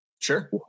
Sure